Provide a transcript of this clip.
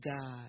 God